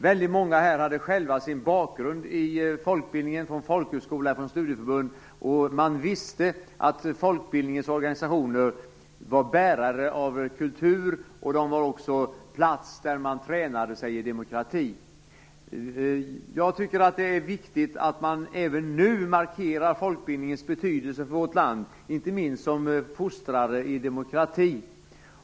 Väldigt många här hade själva sin bakgrund i folkbildningen från folkhögskola och studieförbund, och man visste att folkbildningens organisationer var bärare av kultur och en plats där man tränade sig i demokrati. Jag tycker att det är viktigt att man även nu markerar folkbildningens betydelse för vårt land, inte minst som fostrare i demokrati.